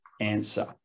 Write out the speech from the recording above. answer